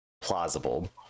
plausible